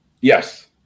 yes